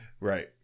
Right